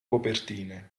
copertine